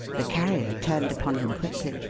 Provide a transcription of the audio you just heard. the carrier turned upon him quickly.